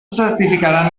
certificaran